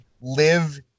live